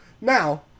now